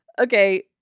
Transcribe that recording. Okay